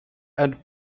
and